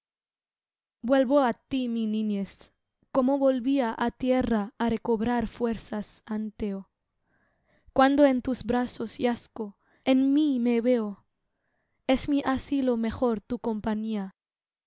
vuelvo á tí mi niñez como volvía á tierra á recobrar fuerzas anteo cuando en tus brazos yazgo en mí me veo es mi asilo mejor tu compañía